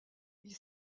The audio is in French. ils